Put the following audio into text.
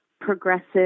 progressive